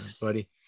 buddy